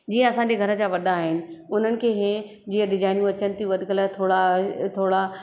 जीअं असांजे घर जा वॾा आहिनि उन्हनि खे हीअ जीअं डिज़ाइनूं अचनि थियूं वधीक लाइ थोरा थोरा